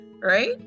right